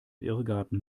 irrgarten